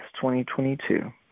2022